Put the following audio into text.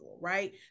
right